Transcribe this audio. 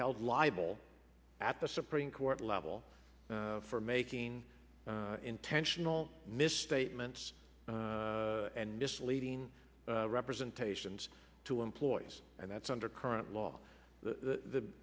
held liable at the supreme court level for making intentional misstatements and misleading representations to employees and that's under current law the